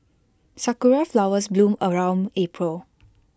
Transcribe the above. Sakura Flowers bloom around April